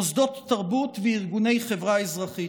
מוסדות תרבות וארגוני חברה אזרחית,